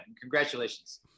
Congratulations